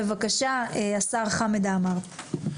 בבקשה השר חמד עמאר.